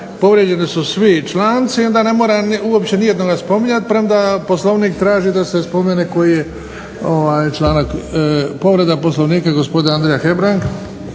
povrijeđeni su svi članci i onda ne mora uopće nijednoga spominjati premda Poslovnik traži da se spomene koji je članak povrijeđen. Povreda Poslovnika, gospodin Andrija Hebrang.